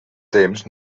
temps